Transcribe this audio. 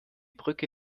brücke